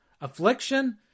affliction